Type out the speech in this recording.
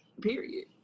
period